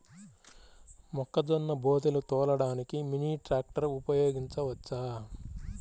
మొక్కజొన్న బోదెలు తోలడానికి మినీ ట్రాక్టర్ ఉపయోగించవచ్చా?